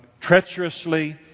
treacherously